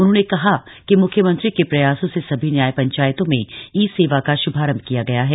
उन्होंने कहा कि मुख्यमंत्री के प्रयासों से सभी न्याय पंचायतों में ई सेवा का शुभारम्भ किया गया है